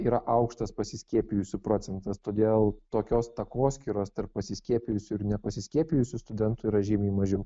yra aukštas pasiskiepijusių procentas todėl tokios takoskyros tarp pasiskiepijusių ir nepasiskiepijusių studentų yra žymiai mažiau